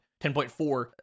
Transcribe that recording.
10.4